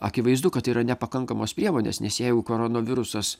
akivaizdu kad tai yra nepakankamos priemonės nes jei jau koronavirusas